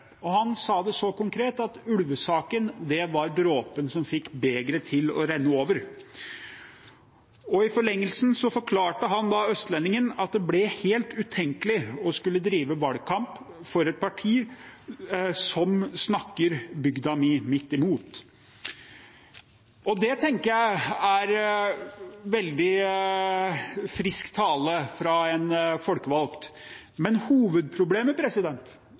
Han sa det så konkret som at «ulvesaken var dråpen som fikk begeret til å renne over». I forlengelsen forklarte han Østlendingen at det ble helt utenkelig å skulle drive valgkamp «for et parti som snakker bygda mi midt imot». Det tenker jeg er veldig frisk tale fra en folkevalgt. Men hovedproblemet